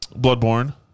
Bloodborne